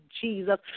Jesus